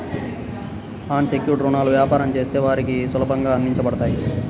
అన్ secured రుణాలు వ్యాపారం చేసే వారికి సులభంగా అందించబడతాయి